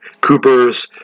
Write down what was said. Cooper's